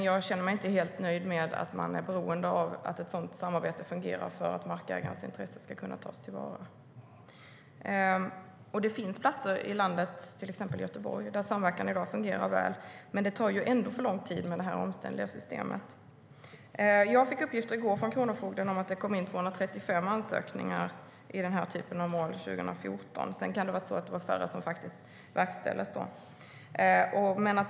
Jag känner mig dock inte helt nöjd med att man är beroende av att ett sådant samarbete fungerar för att markägarens intresse ska kunna tas till vara. Det finns platser i landet, till exempel Göteborg, där samverkan i dag fungerar väl, men det tar ändå för lång tid med detta omständliga system. I går fick jag uppgifter från Kronofogdemyndigheten att det 2014 kom in 235 ansökningar i denna typ av mål, men det var kanske färre som verkställdes.